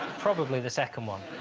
probably the second one.